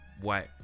white